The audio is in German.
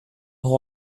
hall